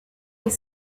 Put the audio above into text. est